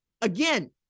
Again